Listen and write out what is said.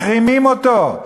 מחרימים אותו,